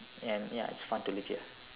and ya it's fun to live here